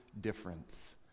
difference